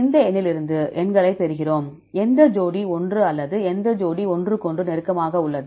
இந்த எண்ணிலிருந்து எண்களைப் பெறுகிறோம் எந்த ஜோடி ஒன்று அல்லது எந்த ஜோடி ஒன்றுக்கொன்று நெருக்கமாக உள்ளன